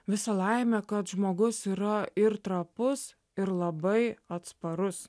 visa laimė kad žmogus yra ir trapus ir labai atsparus